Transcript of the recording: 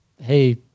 hey